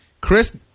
Chris